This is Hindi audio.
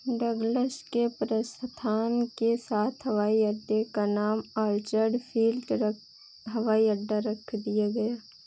डगलस के प्रस्थान के साथ हवाई अड्डे का नाम ऑर्चर्ड फील्ड रख हवाई अड्डा रख दिया गया